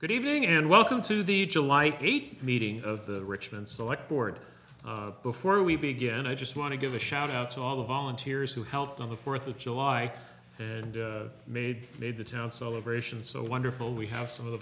good evening and welcome to the july pete meeting of the richmond select board before we begin i just want to give a shout out to all the volunteers who helped on the th of july and made made the town celebration so wonderful we have some of the